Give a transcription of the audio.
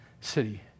city